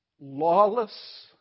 lawless